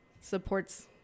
supports